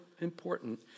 important